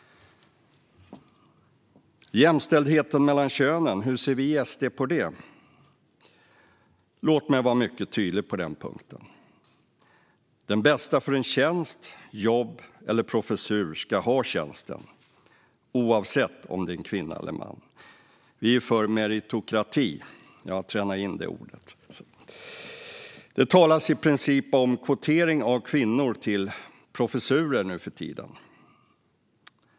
Jämställdhet mellan könen, hur ser vi i SD på det? Låt mig vara mycket tydlig på den punkten. Den bästa för en tjänst, jobb eller professur ska ha tjänsten oavsett om det är en kvinna eller man. Vi är för meritokrati - jag har tränat på att säga det ordet. Det talas i princip om kvotering av kvinnor till professurer nu för tiden.